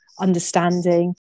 understanding